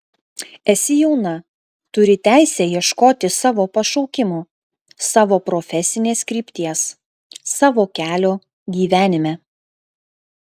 esi jauna turi teisę ieškoti savo pašaukimo savo profesinės krypties savo kelio gyvenime